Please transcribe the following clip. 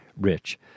rich